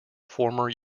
former